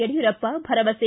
ಯಡಿಯೂರಪ್ಪ ಭರವಸೆ